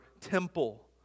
temple